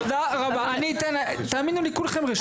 אני אתן, תאמינו לי כולכם רשומים.